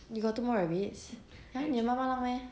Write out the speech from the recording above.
you got two more rabbits then 你妈妈让 meh